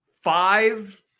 Five